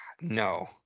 No